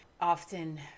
often